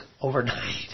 overnight